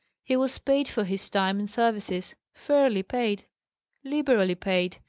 he was paid for his time and services fairly paid liberally paid,